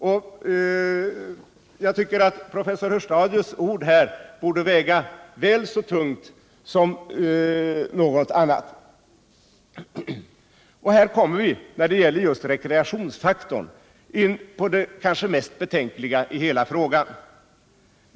Jag tycker att professor Hörstadius ord här borde väga väl så tungt som något annat. När det gäller rekreationsfaktorn kommer vi in på det kanske mest betänkliga i hela frågan.